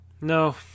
no